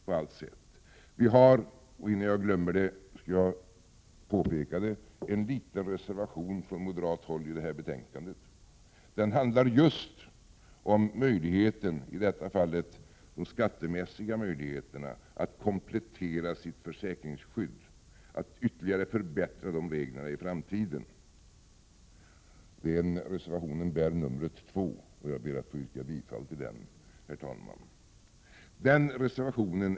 Innan jag glömmer bort det skall jag påpeka att vi moderater har en liten reservation till detta betänkande. Den handlar just om möjligheten, i detta fall de skattemässiga möjligheterna, att komplettera sitt försäkringsskydd, att ytterligare förbättra reglerna i framtiden. Den reservationen bär numret 2, och jag ber att få yrka bifall till den reservationen.